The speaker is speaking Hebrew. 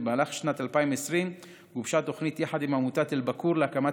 במהלך שנת 2020 גובשה תוכנית יחד עם עמותת אלבאכור להקמת